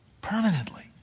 permanently